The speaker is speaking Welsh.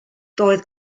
doedd